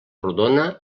rodona